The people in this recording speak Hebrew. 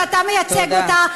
שאתה מייצג אותה,